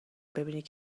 ببینید